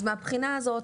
מהבחינה הזאת,